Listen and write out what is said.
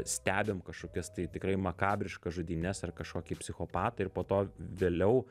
stebim kažkokias tai tikrai makabriškas žudynes ar kažkokį psichopatą ir po to vėliau